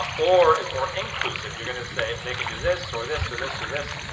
ah or is more inclusive. you're gonna say they can do this, or this, or this, or this.